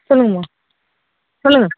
சொல்லுங்கம்மா சொல்லுங்கள்